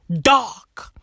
Dark